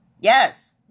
yes